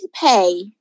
pay